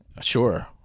sure